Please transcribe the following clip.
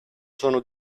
sono